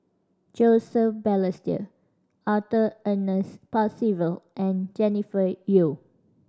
Joseph Balestier Arthur Ernest Percival and Jennifer Yeo